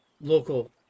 local